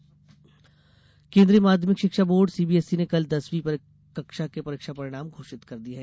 CBSE परिणाम केंद्रीय माध्यमिक शिक्षा बोर्ड सीबीएसई ने कल दसवीं कक्षा के परीक्षा परिणाम घोषित कर दिए हैं